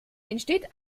entsteht